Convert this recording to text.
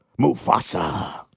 Mufasa